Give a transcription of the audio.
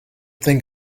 think